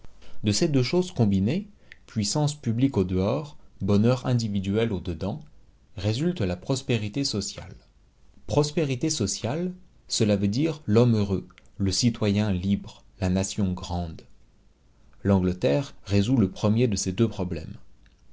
de ces deux choses combinées puissance publique au dehors bonheur individuel au dedans résulte la prospérité sociale prospérité sociale cela veut dire l'homme heureux le citoyen libre la nation grande l'angleterre résout le premier de ces deux problèmes